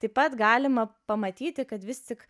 taip pat galima pamatyti kad vis tik